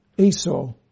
Esau